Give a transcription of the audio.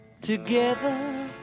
Together